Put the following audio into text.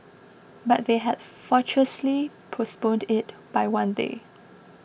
but they had fortuitously postponed it by one day